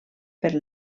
per